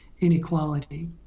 inequality